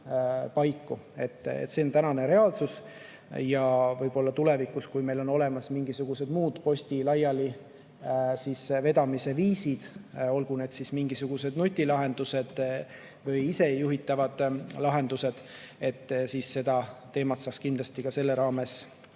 See on tänane reaalsus ja tulevikus, kui meil on olemas mingisugused muud posti laialivedamise viisid, olgu need siis nutilahendused või isejuhitavad lahendused, saaks seda teemat kindlasti selle raames arutada.